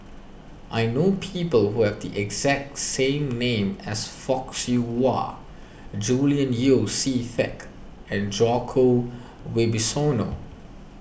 I know people who have the exact same name as Fock Siew Wah Julian Yeo See Teck and Djoko Wibisono